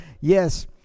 yes